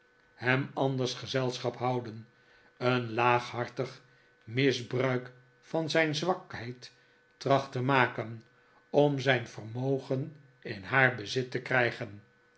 hem anders gezelschap houden een laaghartig misbruik van zijn zwakheid tracht te maken om zijn vermogen in haar bezit te krijgen